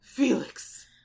Felix